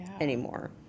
anymore